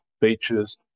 beaches